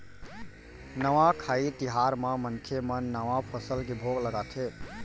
नवाखाई तिहार म मनखे मन नवा फसल के भोग लगाथे